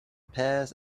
pears